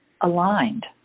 aligned